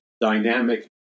dynamic